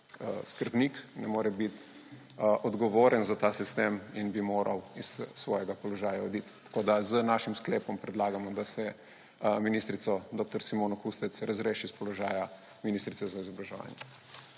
skrbnik, ne more biti odgovoren za ta sistem in bi moral s svojega položaja oditi. Z našim sklepom predlagamo, da se ministrico dr. Simono Kustec razreši s položaja ministrice za izobraževanje.